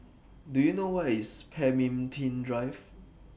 Do YOU know Where IS Pemimpin Drive